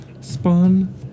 spawn